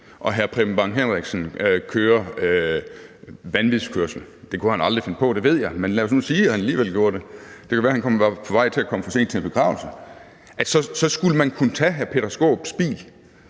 og hr. Preben Bang Henriksen kører vanvidskørsel – det ved jeg han aldrig kunne finde på; men lad os nu sige, at han alligevel gjorde det; det kan være, at han var ved at komme for sent til en begravelse – så skulle man kunne tage hr. Peter Skaarups bil,